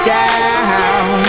down